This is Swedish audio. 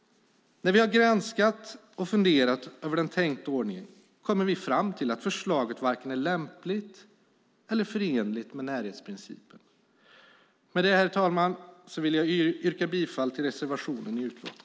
När vi har granskat och funderat över den tänkta ordningen kommer vi fram till att förslaget varken är lämpligt eller förenligt med närhetsprincipen. Med det, herr talman, yrkar jag bifall till reservationen i utlåtandet.